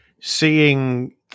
seeing